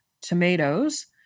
tomatoes